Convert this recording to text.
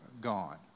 gone